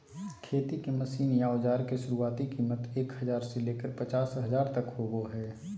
खेती के मशीन या औजार के शुरुआती कीमत एक हजार से लेकर पचास हजार तक होबो हय